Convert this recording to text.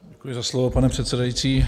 Děkuji za slovo, pane předsedající.